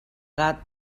gat